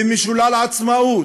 ומשולל עצמאות,